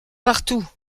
partout